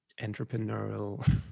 entrepreneurial